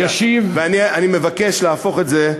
ואני מבקש להפוך את זה,